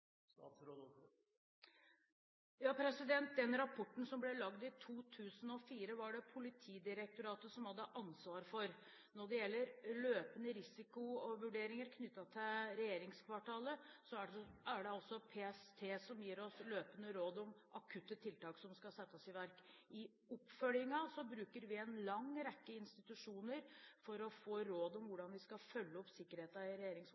Den rapporten som ble laget i 2004, var det Politidirektoratet som hadde ansvaret for. Når det gjelder løpende risiko og vurderinger knyttet til regjeringskvartalet, er det PST som gir oss løpende råd om akutte tiltak som skal settes i verk. I oppfølgingen bruker vi en lang rekke institusjoner for å få råd om hvordan vi skal følge opp sikkerheten i